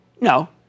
No